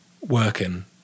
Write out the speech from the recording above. working